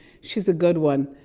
she's a good one.